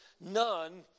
none